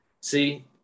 see